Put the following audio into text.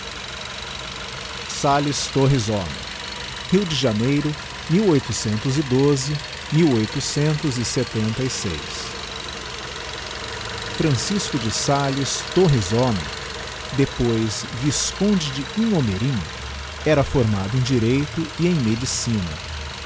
salles torres homem rio de janeiro a esta e seis francisco de salles torres homem depois visconde de inhomerím era formado em direito e em medicina